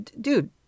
Dude